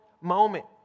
moment